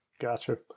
Gotcha